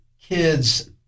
kids